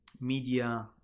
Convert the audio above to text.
media